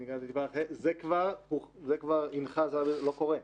זה כבר לא קורה.